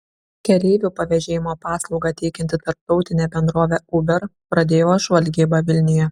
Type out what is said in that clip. keleivių pavėžėjimo paslaugą teikianti tarptautinė bendrovė uber pradėjo žvalgybą vilniuje